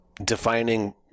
Defining